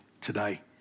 today